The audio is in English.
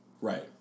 Right